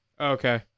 Okay